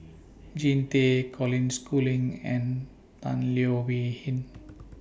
Jean Tay Colin Schooling and Tan Leo Wee Hin